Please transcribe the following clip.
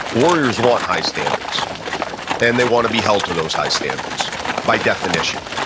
warriors want high standards and they want to be held to those high standards by definition.